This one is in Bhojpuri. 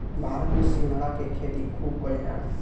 भारत में सिंघाड़ा के खेती खूब कईल जाला